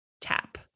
tap